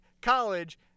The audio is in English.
college